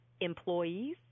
employees